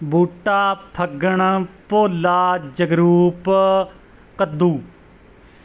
ਬੂਟਾ ਫੱਗਣ ਭੋਲਾ ਜਗਰੂਪ ਕੱਦੂ